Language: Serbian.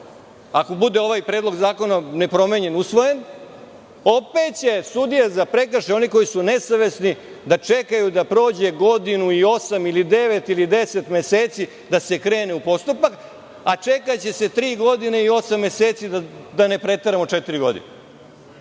ako bude ovaj predlog zakona nepromenjen, usvojen, opet će sudija za prekršaje, oni koji su nesavesni, da čekaju da prođe godinu, osam, devet, ili 10 meseci da se krene u postupak, a čekaće se tri godine i osam meseci, da ne preteramo, četiri godine.